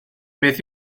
beth